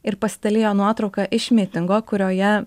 ir pasidalijo nuotrauka iš mitingo kurioje